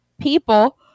people